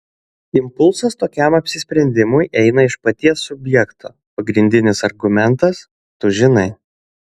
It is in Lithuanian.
impulsas tokiam apsisprendimui eina iš paties subjekto pagrindinis argumentas tu žinai